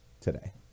today